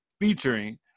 featuring